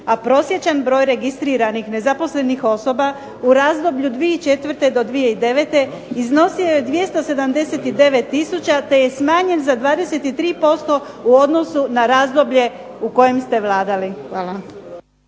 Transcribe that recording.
a prosječan broj registriranih nezaposlenih osoba u razdoblju 2004. do 2009. iznosio je 279 tisuća te je smanjen za 23% u odnosu na razdoblje u kojem ste vladali.